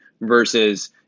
versus